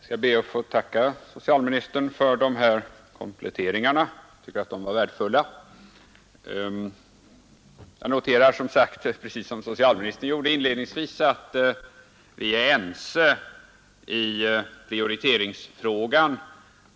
Herr talman! Jag skall be att få tacka socialministern för kompletteringarna, som jag tycker var värdefulla. Jag noterar, precis som socialministern giorde inledningsvis, att vi är ense i prioriteringsfrågan.